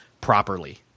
properly